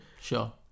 Sure